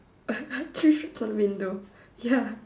three stripes on the window ya